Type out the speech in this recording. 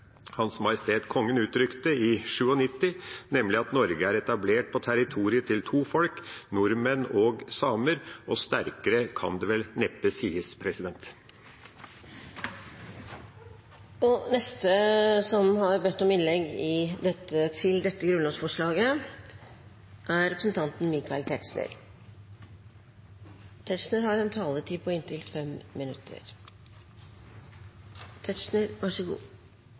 Hans Majestet Kongen uttrykte i 1997, nemlig at staten Norge er grunnlagt på territoriet til to folk, nordmenn og samer, og sterkere kan det vel neppe sies. Kanskje mitt innlegg kunne bidra til å bygge bro mellom de to forrige debattantene. Det er riktig som representanten Lundteigen sier, at begrepet på en